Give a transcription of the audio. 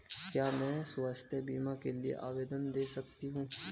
क्या मैं स्वास्थ्य बीमा के लिए आवेदन दे सकती हूँ?